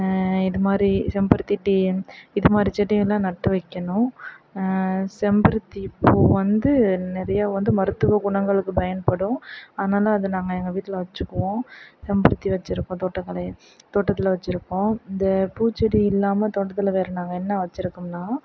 இது மாதிரி செம்பருத்தி டி என் இது மாதிரி செடிகள்லாம் நட்டு வைக்கணும் செம்பருத்திப்பூ வந்து நிறைய வந்து மருத்துவ குணங்களுக்கு பயன்படும் அதனால் அது நாங்கள் எங்கள் வீட்டில் வச்சிக்குவோம் செம்பருத்தி வச்சிருப்போம் தோட்டக்கலை தோட்டத்தில் வச்சிருக்கோம் இந்தப் பூச்செடி இல்லாமல் தோட்டத்தில் வேறு நாங்கள் என்ன வச்சிருக்கோம்னா